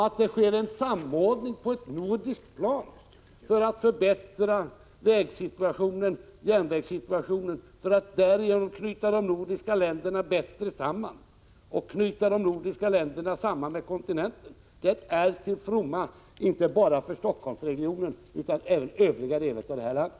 Att det sker en samordning på nordiskt plan för att förbättra vägsituationen och järnvägssituationen och därigenom knyta de nordiska länderna bättre samman med kontinenten är till fromma inte bara för Västsverige utan även för övriga delar av landet.